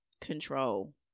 control